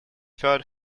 third